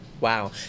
wow